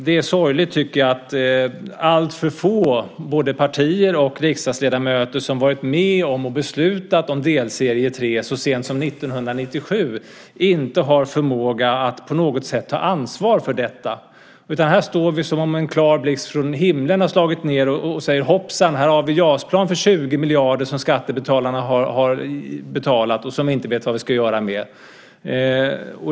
Det är sorgligt, tycker jag, att alltför få både partier och riksdagsledamöter som varit med och beslutat om delserie 3 så sent som 1997 inte har förmåga att på något sätt ta ansvar för detta. Här står vi som om en klar blixt från himlen har slagit ned och säger: Hoppsan, här har vi JAS-plan för 20 miljarder som skattebetalarna har betalat och som vi inte vet vad vi ska göra med.